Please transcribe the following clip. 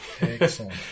Excellent